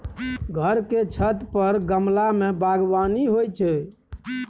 घर के छत पर गमला मे बगबानी होइ छै